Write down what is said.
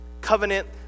covenant